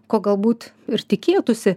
ko galbūt ir tikėtųsi